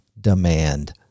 demand